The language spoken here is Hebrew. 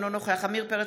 אינו נוכח עמיר פרץ,